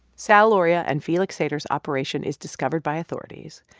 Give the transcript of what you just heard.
sal lauria and felix sater's operation is discovered by authorities.